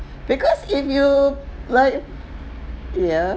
because if you like yeah